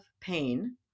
pain